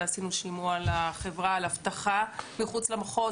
ועשינו שימוע לחברה על אבטחה מחוץ למחוז,